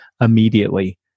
immediately